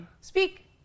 Speak